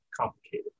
complicated